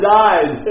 died